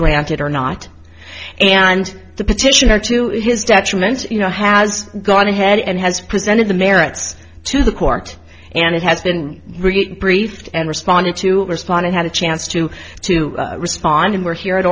granted or not and the petitioner to his detriment you know has gone ahead and has presented the merits to the court and it has been briefed and responded to respond it had a chance to to respond and we're here at